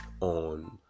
on